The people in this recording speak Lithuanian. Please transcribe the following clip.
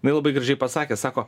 jinai labai gražiai pasakė sako